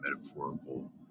metaphorical